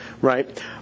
right